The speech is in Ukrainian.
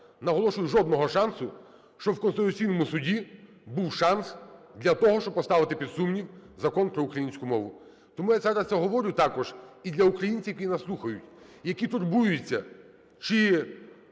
наголошую, жодного шансу, щоб в Конституційному Суді був шанс для того, щоб поставити під сумнів Закон про українську мову. Тому я зараз це говорю також і для українців, які нас слухають, які турбуються, чи